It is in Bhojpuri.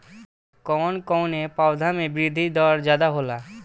कवन कवने पौधा में वृद्धि दर ज्यादा होला?